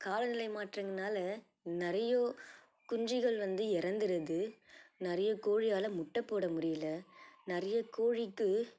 காலநிலை மாற்றங்கனால் நிறையோ குஞ்சிகள் வந்து இறந்துருது நிறைய கோழியால் முட்டை போட முடியல நிறைய கோழிக்கு